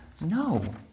No